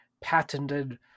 patented